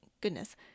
goodness